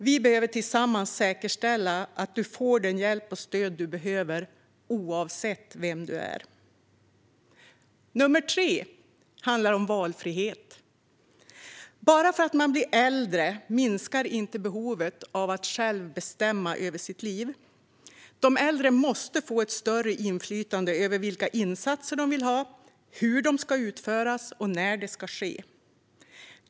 Vi behöver tillsammans säkerställa att man får den hjälp och det stöd man behöver oavsett vem man är. För det tredje: valfrihet. Bara för att man blir äldre minskar inte behovet av att själv bestämma över sitt liv. De äldre måste få ett större inflytande över vilka insatser de vill ha, hur de ska utföras och när det ska ske.